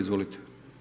Izvolite.